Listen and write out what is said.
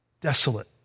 desolate